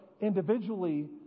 individually